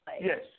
Yes